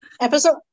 Episode